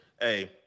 hey